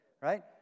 right